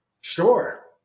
sure